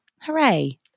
Hooray